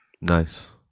Nice